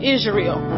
Israel